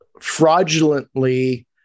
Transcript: fraudulently